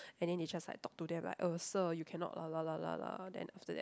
and then they just like talk to them like uh sir you cannot la la la la la then after that